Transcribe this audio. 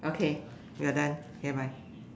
okay we're done okay bye